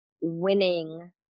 winning